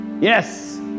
Yes